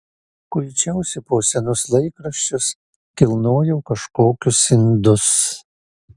kuičiausi po senus laikraščius kilnojau kažkokius indus